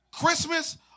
Christmas